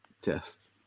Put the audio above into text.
test